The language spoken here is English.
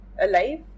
alive